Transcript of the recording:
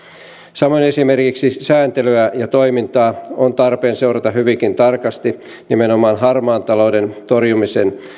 samoin esimerkiksi sääntelyä ja toimintaa on tarpeen seurata hyvinkin tarkasti nimenomaan harmaan talouden torjumisen